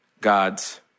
God's